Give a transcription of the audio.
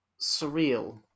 surreal